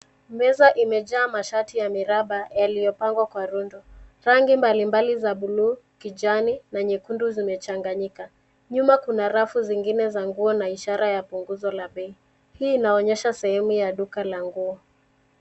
Meza imejaa mashati ya miraba yaliyopangwa kwa rundo. Rangi mbali mbali za bluu, kijani na nyekundu zimechanganyika. Nyuma kuna rafu zingine za nguo na ishara ya punguzo la bei. Hii inaonyesha sehemu ya duka la nguo.